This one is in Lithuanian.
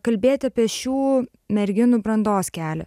kalbėti apie šių merginų brandos kelią